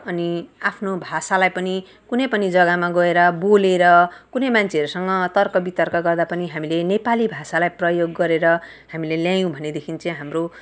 आफ्नो भाषालाई पनि कुनै पनि जगामा गएर बोलेर कुनै मान्छेहरूसँग तर्क वितर्क गर्दा पनि हामीले नेपाली भाषालाई प्रयोग गरेर हामीले ल्यायौँ भनेदेखि चाहिँ हाम्रो